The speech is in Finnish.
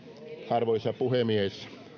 arvoisa puhemies